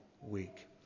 week